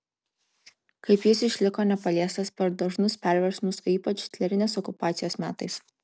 kaip jis išliko nepaliestas per dažnus perversmus o ypač hitlerinės okupacijos metais